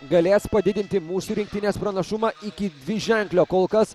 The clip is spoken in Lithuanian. galės padidinti mūsų rinktinės pranašumą iki dviženklio kol kas